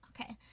Okay